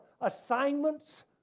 assignments